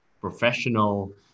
professional